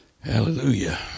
hallelujah